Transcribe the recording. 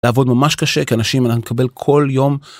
לעבוד ממש קשה, כי אנשים אנחנו נקבל כל יום.